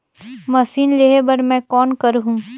Machine लेहे बर मै कौन करहूं?